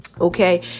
Okay